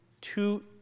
two